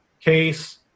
case